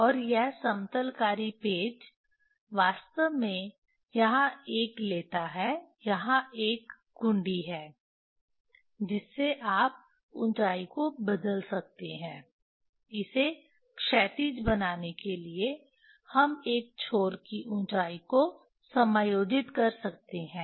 और यह समतलकारी पेच वास्तव में यहां एक लेता है यहां एक घुंडी है जिससे आप ऊंचाई को बदल सकते हैं इसे क्षैतिज बनाने के लिए हम एक छोर की ऊंचाई को समायोजित कर सकते हैं